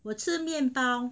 我吃面包